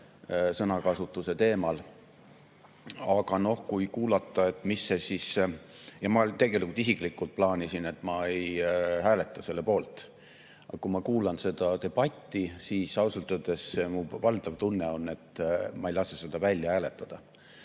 sõnakasutuse teemal. Aga kui kuulata, mis see siis …Ma tegelikult isiklikult plaanisin, et ma ei hääleta selle poolt, aga kui ma kuulan seda debatti, siis ausalt öeldes on valdav tunne, et ma ei lase seda esimesel